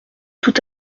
tout